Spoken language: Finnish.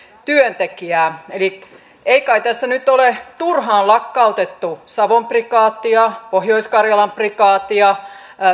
työntekijää ei kai tässä nyt ole turhaan lakkautettu savon prikaatia pohjois karjalan prikaatia